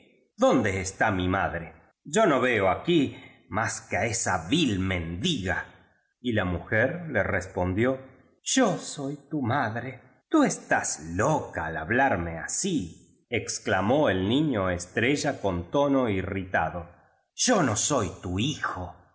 dónde está mi madre yo no veo aquí más que á esa vil mendiga y la mujer le respondió yo soy tu madre tú estás loca al hablarme asíexclamó el niño estrella con tono irritado yo no soy tu hijo